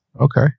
Okay